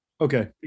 okay